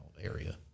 area